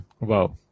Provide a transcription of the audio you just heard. Wow